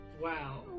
Wow